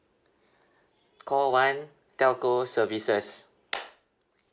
call one telco services